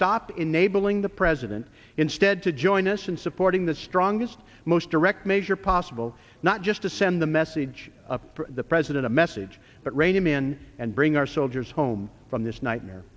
stop enabling the president instead to join us in supporting the strongest most direct measure possible not just to send the message of the president a message but rein him in and bring our soldiers home from this nightmare